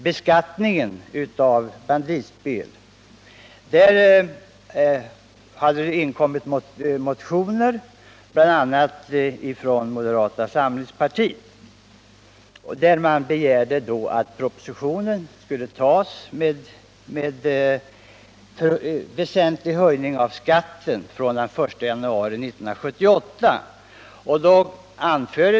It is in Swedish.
I samband med propositionen hade väckts motioner bl.a. från moderata samlingspartiet, där det begärdes att propositionens förslag om en väsentlig höjning av den aktuella beskattningen från den 1 januari 1978 skulle antas.